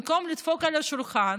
במקום לדפוק על השולחן.